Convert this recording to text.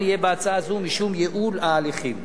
יהיה בהצעה זו משום ייעול ההליכים.